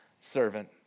servant